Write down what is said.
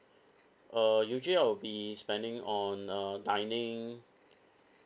uh usually I will be spending on uh dining